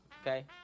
okay